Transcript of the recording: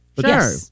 Sure